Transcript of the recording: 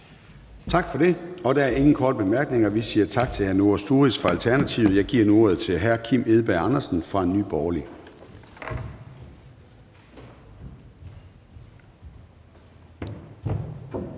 Tak for det. Der er ingen korte bemærkninger, så vi siger tak til hr. Noah Sturis fra Alternativet. Jeg giver nu ordet til hr. Kim Edberg Andersen fra Nye Borgerlige.